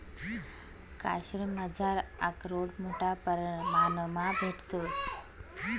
काश्मिरमझार आकरोड मोठा परमाणमा भेटंस